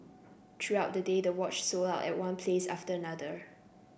throughout the day the watch sold out at one place after another